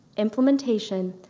implementation,